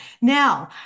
Now